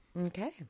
okay